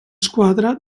squadra